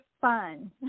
fun